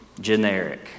generic